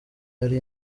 ari